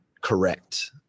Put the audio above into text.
correct